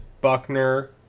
Buckner